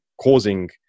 causing